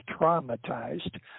traumatized